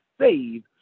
save